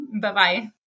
Bye-bye